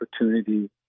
opportunity